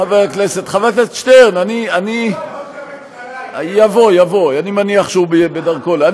חבר הכנסת שטרן, אני, ראש הממשלה יהיה פה?